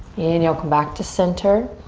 and you'll come back to center.